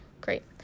Great